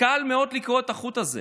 קל מאוד לקרוע את החוט הזה,